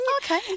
okay